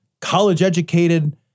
college-educated